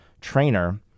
trainer